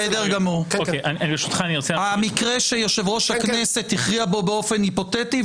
המקרה שיושב-ראש הכנסת הכריע בו באופן היפותטי,